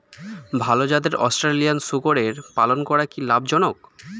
ভাল জাতের অস্ট্রেলিয়ান শূকরের পালন করা কী লাভ জনক?